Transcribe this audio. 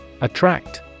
Attract